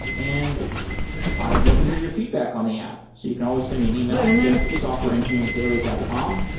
and i'd love to hear your feedback on the app. so you can always send me an email, jeff at softwareengineeringdaily dot com,